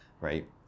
right